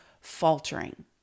faltering